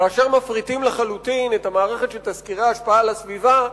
כאשר מפריטים לחלוטין את המערכת של תסקירי ההשפעה על הסביבה,